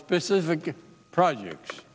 specific projects